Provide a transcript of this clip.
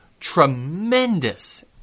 tremendous